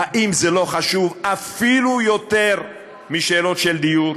האם זה לא חשוב אפילו יותר משאלות של דיור?